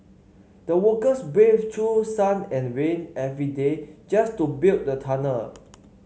the workers braved through sun and rain every day just to build the tunnel